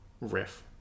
riff